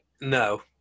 No